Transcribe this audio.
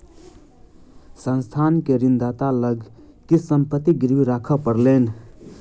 संस्थान के ऋणदाता लग किछ संपत्ति गिरवी राखअ पड़लैन